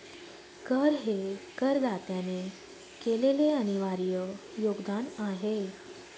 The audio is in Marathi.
कर हे करदात्याने केलेले अनिर्वाय योगदान आहे